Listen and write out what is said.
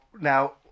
now